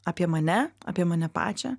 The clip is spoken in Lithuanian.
apie mane apie mane pačią